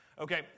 okay